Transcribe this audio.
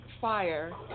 fire